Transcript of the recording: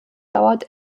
dauert